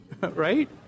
Right